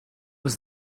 was